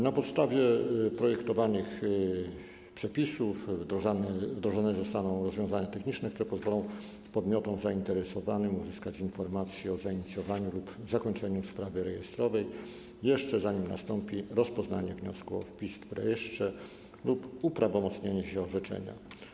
Na podstawie projektowanych przepisów wdrożone zostaną rozwiązania techniczne, które pozwolą podmiotom zainteresowanym uzyskać informacje o zainicjowaniu lub zakończeniu sprawy rejestrowej jeszcze zanim nastąpi rozpoznanie wniosku o wpis w rejestrze lub uprawomocnienie się orzeczenia.